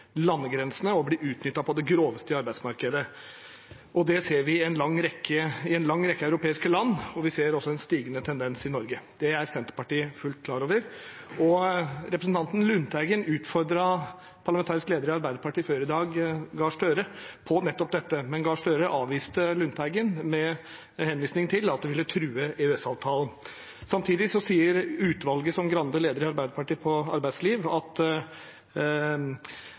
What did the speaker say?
landegrensene og bli utnyttet på det groveste i arbeidsmarkedet. Det ser vi i en lang rekke europeiske land, og vi ser også en stigende tendens i Norge. Det er Senterpartiet fullt ut klar over. Representanten Lundteigen utfordret før i dag parlamentarisk leder i Arbeiderpartiet, Gahr Støre, på nettopp dette, men Gahr Støre avviste Lundteigen med henvisning til at det ville true EØS-avtalen. Samtidig sier arbeidslivsutvalget i Arbeiderpartiet, som Grande leder, at